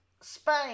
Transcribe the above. Spain